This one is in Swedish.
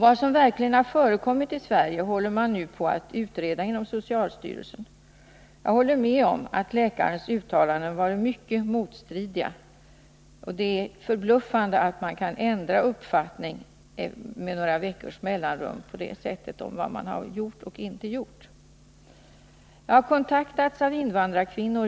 Vad som verkligen förekommit håller man nu på att utreda inom socialstyrelsen. Jag håller med om att läkarens uttalanden var mycket motstridiga, och det är förbluffande om man kan ändra uppfattning om vad man har gjort och inte gjort med några veckors mellanrum. Även jag har kontaktats av invandrarkvinnor.